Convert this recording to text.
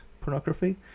pornography